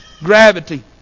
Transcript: Gravity